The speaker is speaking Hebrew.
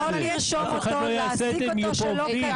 אף אחד לא יעשה את זה אם יהיו פה עובדים.